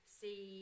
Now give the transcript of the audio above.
see